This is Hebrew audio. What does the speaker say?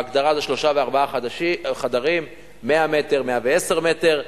ההגדרה היא שלושה וארבעה חדרים, 100 מטר, 110 מטר.